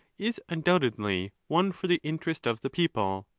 is undoubtedly one for the interest of the people,